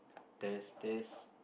test test